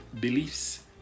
beliefs